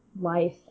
life